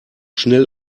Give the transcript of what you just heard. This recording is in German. schnell